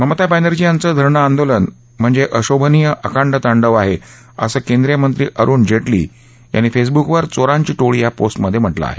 ममता बॅनर्जी यांचं धरणं आंदोलन म्हणजे अशोभनीय अकांड तांडव आहे असं केंद्रीय मंत्री अरुण जेटली यांनी फेसबूकवर चोरांची टोळी या पोस्टमध्ये म्हटलं आहे